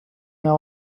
now